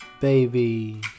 Baby